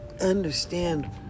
understand